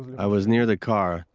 i was near the car